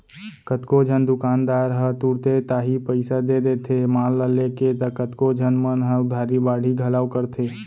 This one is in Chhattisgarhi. कतको झन दुकानदार ह तुरते ताही पइसा दे देथे माल ल लेके त कतको झन मन ह उधारी बाड़ही घलौ करथे